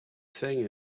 thing